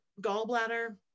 gallbladder